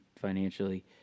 financially